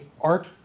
art